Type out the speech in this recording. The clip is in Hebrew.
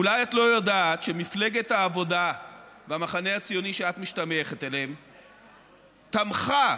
אולי את לא יודעת שמפלגת העבודה והמחנה הציוני שאת משתייכת אליהם תמכה